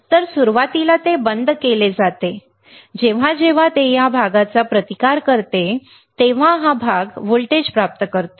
तर सुरुवातीला ते बंद केले जाते जेव्हा जेव्हा ते या प्रदेशाचा प्रतिकार करते तेव्हा हा प्रदेश व्होल्टेज प्राप्त करतो